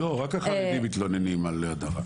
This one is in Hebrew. לא, רק החרדים מתלוננים על הדרה.